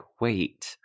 wait